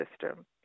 system